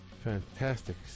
Fantastic